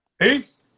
Peace